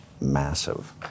massive